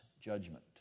judgment